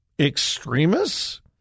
extremists